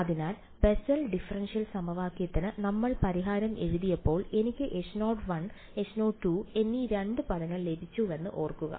അതിനാൽ Bessel differential സമവാക്യത്തിന് നമ്മൾ പരിഹാരം എഴുതിയപ്പോൾ എനിക്ക് H0 H0 എന്നീ രണ്ട് പദങ്ങൾ ലഭിച്ചുവെന്ന് ഓർക്കുക